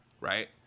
Right